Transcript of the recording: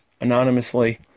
anonymously